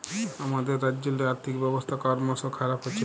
আমাদের রাজ্যেল্লে আথ্থিক ব্যবস্থা করমশ খারাপ হছে